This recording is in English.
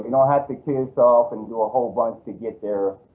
you know have to kill yourself and do a whole bunch to get there.